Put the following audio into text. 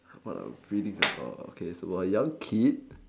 what I'm reading about okay it's about a young kid